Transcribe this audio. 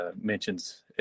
mentions